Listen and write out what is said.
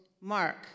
mark